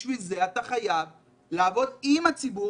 בשביל זה אתה חייב לעבוד עם הציבור,